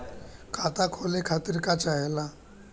खाता खोले खातीर का चाहे ला?